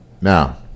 Now